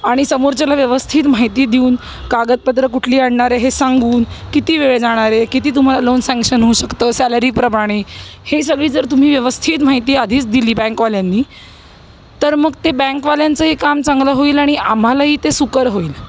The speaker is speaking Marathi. आणि समोरच्याला व्यवस्थित माहिती देऊन कागदपत्र कुठली आणणार आहे हे सांगून किती वेळ जाणार आहे किती तुम्हाला लोन सँक्शन होऊ शकतं सॅलरीप्रमाणे हे सगळी जर तुम्ही व्यवस्थित माहिती आधीच दिली बँकवाल्यांनी तर मग ते बँकवाल्यांचंही काम चांगलं होईल आणि आम्हालाही ते सुकर होईल